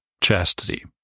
chastity